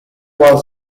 was